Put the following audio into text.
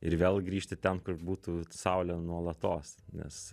ir vėl grįžti ten kur būtų saulė nuolatos nes